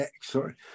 sorry